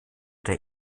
der